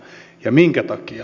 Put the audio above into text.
ja minkä takia